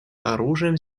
оружием